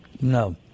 no